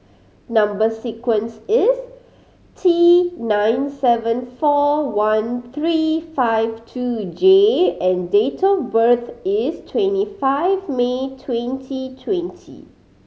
number sequence is T nine seven four one three five two J and date of birth is twenty five May twenty twenty